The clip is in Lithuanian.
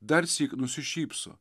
darsyk nusišypso